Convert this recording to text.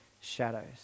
shadows